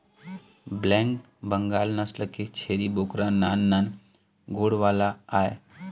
black Bengal नसल के छेरी बोकरा नान नान गोड़ वाला आय